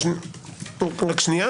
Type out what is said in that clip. שאלה שנייה